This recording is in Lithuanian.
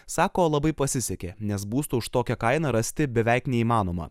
sako labai pasisekė nes būsto už tokią kainą rasti beveik neįmanoma